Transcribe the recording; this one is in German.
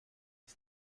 ist